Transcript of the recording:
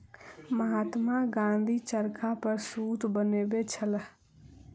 महात्मा गाँधी चरखा पर सूत बनबै छलाह